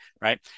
right